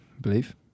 believe